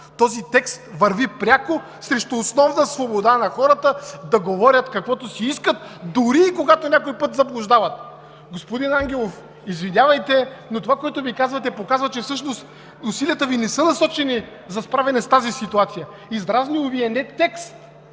този текст върви пряко срещу основна свобода на хората да говорят каквото си искат, дори когато някой път заблуждават. Господин Ангелов, извинявайте, но това, което ми казвате, показва, че всъщност усилията Ви не са насочени за справяне с тази ситуация. Подразнил Ви е не текст